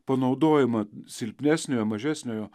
panaudojimą silpnesniojo mažesniojo